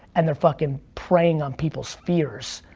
and they're fucking praying on people's fears,